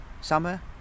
summer